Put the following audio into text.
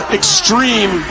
extreme